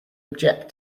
object